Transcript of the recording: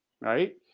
right